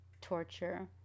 torture